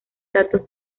datos